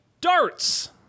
darts